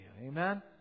Amen